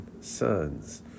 sons